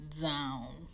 down